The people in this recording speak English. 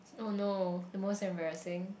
oh no the most embarrassing